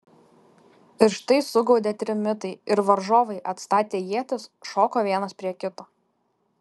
ir štai sugaudė trimitai ir varžovai atstatę ietis šoko vienas prie kito